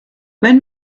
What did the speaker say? wenn